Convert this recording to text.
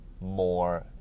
more